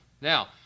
Now